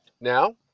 Now